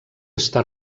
està